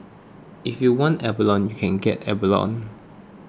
if you want abalone you can get abalone